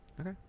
Okay